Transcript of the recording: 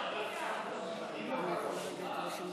מה הקשר